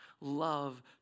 love